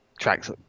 tracks